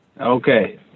Okay